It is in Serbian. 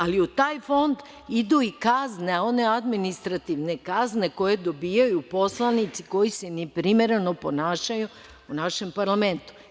Ali, u taj fond idu i kazne, one administrativne kazne koje dobijaju poslanici koji se ne primereno ponašaju u našem parlamentu.